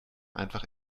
einfach